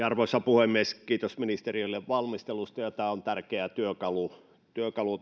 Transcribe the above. arvoisa puhemies kiitos ministeriölle valmistelusta tämä on tärkeä työkalu työkalu